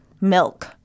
milk